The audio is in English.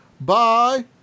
Bye